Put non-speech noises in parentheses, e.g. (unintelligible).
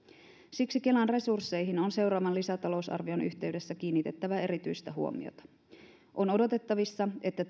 siksi kelan resursseihin on seuraavan lisätalousarvion yhteydessä kiinnitettävä erityistä huomiota on odotettavissa että (unintelligible)